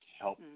help